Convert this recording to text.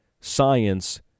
science